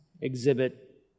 exhibit